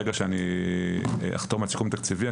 ברגע שאני אחתום על סיכום תקציבי,